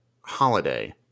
holiday